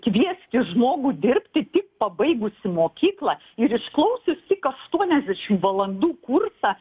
kvieskis žmogų dirbti tik pabaigusį mokyklą ir išklausius tik aštuoniasdešimt valandų kursą